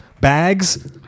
bags